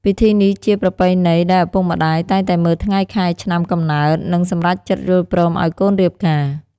ពិធីនេះជាប្រពែណីដែលឪពុកម្តាយតែងតែមើលថ្ងែ ខែ ឆ្នាំ កំំណើតនិងសម្រេចចិត្តយល់ព្រមអោយកូនរៀបការ។